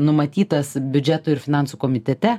numatytas biudžeto ir finansų komitete